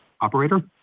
Operator